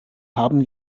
haben